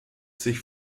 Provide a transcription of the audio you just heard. sich